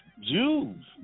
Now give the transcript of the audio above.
Jews